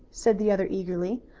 said the other eagerly.